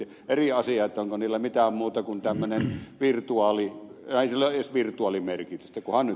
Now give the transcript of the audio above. on eri asia onko niillä mitään muuta kun tommonen pirtu oli raisiolaisvirtuaalimerkitystä kuhan